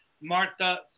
Martha